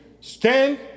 stand